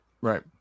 Right